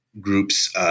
groups